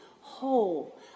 whole